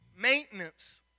Maintenance